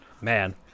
Man